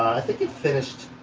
i think it's finished.